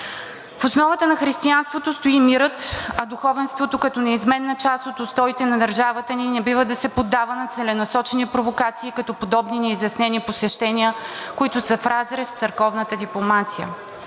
В основата на християнството стои мирът, а духовенството като неизменна част от устоите на държавата ни не бива да се поддава на целенасочени провокации, като подобни неизяснени посещения, които са в разрез с църковната дипломация.